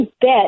bet